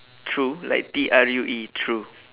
true like T R U E true